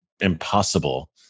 impossible